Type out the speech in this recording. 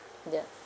ya